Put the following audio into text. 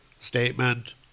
Statement